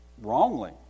wrongly